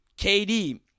KD